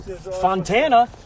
Fontana